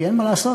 כי אין מה לעשות,